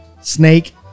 Snake